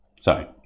sorry